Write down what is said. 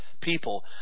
people